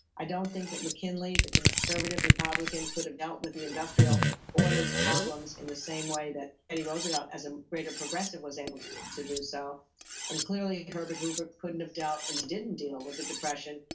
i don't think that mckinley the conservative republican could have dealt with the industrial or its problems in the same way that teddy roosevelt as a greater progressor was able to to do so and clearly herbert hoover couldn't have dealt and didn't deal with the depression,